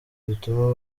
bituma